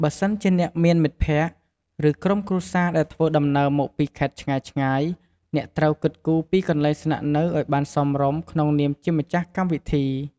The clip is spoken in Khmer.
បើសិនជាអ្នកមានមិត្តភក្តិ ឬក្រុមគ្រួសារដែលធ្វើដំណើរមកពីខេត្តឆ្ងាយៗ អ្នកត្រូវគិតគូរពីកន្លែងស្នាក់នៅឱ្យបានសមរម្យក្នុងនាមជាម្ចាស់កម្មវិធី។